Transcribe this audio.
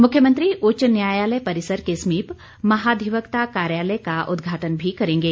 मुख्यमंत्री उच्च न्यायालय परिसर के समीप महाधिवक्ता कार्यालय का उद्घाटन भी करेंगे